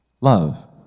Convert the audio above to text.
love